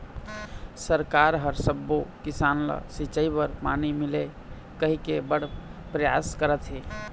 सरकार ह सब्बो किसान ल सिंचई बर पानी मिलय कहिके बड़ परयास करत हे